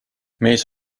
mees